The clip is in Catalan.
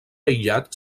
aïllat